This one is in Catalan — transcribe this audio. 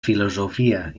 filosofia